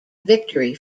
victory